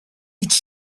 each